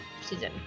season